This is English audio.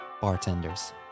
bartenders